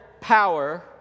power